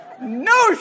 no